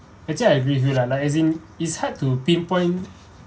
actually I agree with you lah like as in it's hard to pinpoint